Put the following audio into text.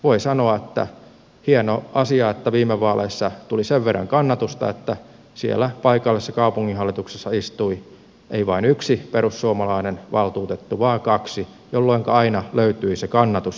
voi sanoa että hieno asia että viime vaaleissa tuli sen verran kannatusta että siellä paikallisessa kaupunginhallituksessa istui ei vain yksi perussuomalainen valtuutettu vaan kaksi jolloinka aina löytyi se kannatus jokaiseen äänestykseen